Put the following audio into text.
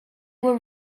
were